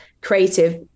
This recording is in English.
creative